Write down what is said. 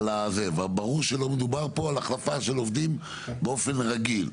ברור שלא מדובר פה על החלפה של עובדים באופן רגיל,